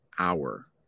Hour